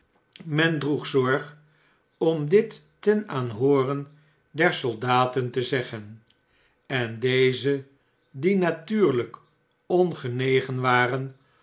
men droeg zorg om dit ten aanhooren der soldaten te zeggen en deze die natuurlijk ongenegen waren